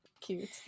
cute